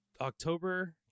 October